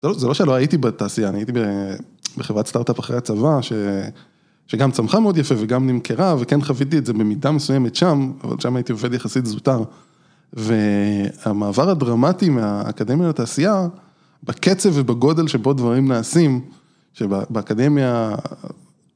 זה לא שלא הייתי בתעשייה, אני הייתי בחברת סטארט-אפ אחרי הצבא, שגם צמחה מאוד יפה, וגם נמכרה, וכן חוויתי את זה במידה מסוימת שם, אבל שם הייתי עובד יחסית זוטר. והמעבר הדרמטי מהאקדמיה לתעשייה, בקצב ובגודל שבו דברים נעשים, שבאקדמיה...